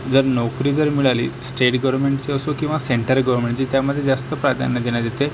जर नोकरी जर मिळाली स्टेट गवरमेंटची असो किंवा सेंट्रल गवरमेंटची त्यामध्ये जास्त प्राधान्य देण्यात येते